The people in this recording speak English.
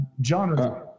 John